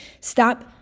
Stop